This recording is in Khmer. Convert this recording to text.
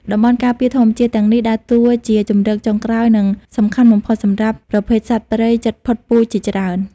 តំបន់ការពារធម្មជាតិទាំងនេះដើរតួជាជម្រកចុងក្រោយ និងសំខាន់បំផុតសម្រាប់ប្រភេទសត្វព្រៃជិតផុតពូជជាច្រើន។